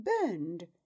burned